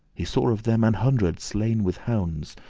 he saw of them an hundred slain with hounds,